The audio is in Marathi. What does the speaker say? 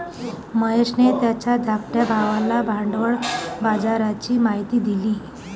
महेशने त्याच्या धाकट्या भावाला भांडवल बाजाराची माहिती दिली